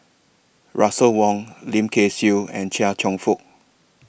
Russel Wong Lim Kay Siu and Chia Cheong Fook